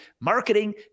marketing